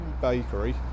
bakery